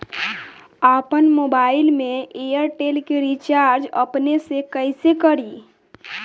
आपन मोबाइल में एयरटेल के रिचार्ज अपने से कइसे करि?